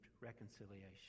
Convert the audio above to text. reconciliation